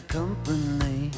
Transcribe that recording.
company